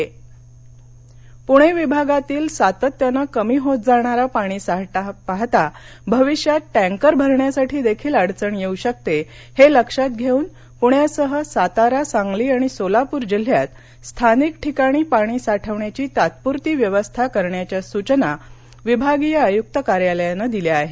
पाणीटचाई पूणे विभागातील सातत्यानं कमी होत जाणारा पाणीसाठा पाहता भविष्यात टँकर भरण्यासाठी देखील अडचण येऊ शकते हे लक्षात घेऊन पुण्यासह सातारा सांगली आणि सोलापूर जिल्ह्यात स्थानिक ठिकाणी पाणी साठवण्याची तात्पुरती व्यवस्था करण्याच्या सुचना विभागीय आयुक्त कार्यालयानं दिल्या आहेत